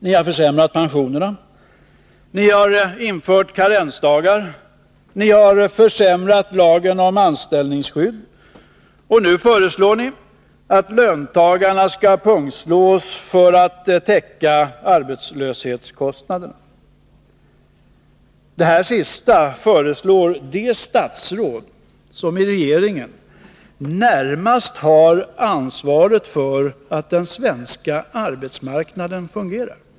Ni har försämrat pensionerna, ni har infört karensdagar, ni har försämrat lagen om anställningsskydd, och nu föreslår ni att löntagarna skall pungslås för att arbetslöshetskostnaderna skall täckas. Det sistnämnda föreslår det statsråd som i regeringen närmast har ansvaret för att den svenska arbetsmarknaden fungerar.